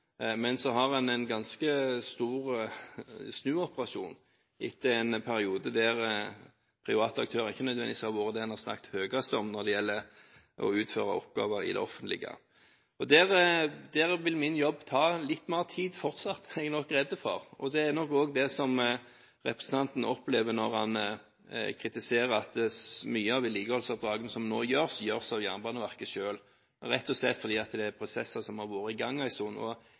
men så har man en ganske stor snuoperasjon etter en periode der private aktører ikke nødvendigvis har vært det en har snakket høyest om når det gjelder å utføre oppgaver i det offentlige. Der vil min jobb fortsatt ta litt mer tid, er jeg nok redd for. Det er nok også det representanten opplever når han kritiserer at mye av vedlikeholdsoppdragene som nå gjøres, gjøres av Jernbaneverket selv – rett og slett fordi det er prosesser som har vært i gang